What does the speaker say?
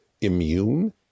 immune